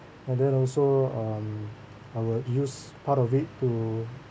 and then also um I will use part of it to